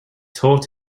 taught